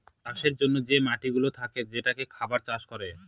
চাষের জন্যে যে মাটিগুলা থাকে যেটাতে খাবার চাষ করে